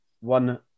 one